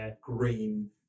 green